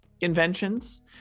inventions